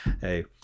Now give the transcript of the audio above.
Hey